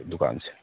ꯗꯨꯀꯥꯟꯁꯦ